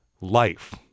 life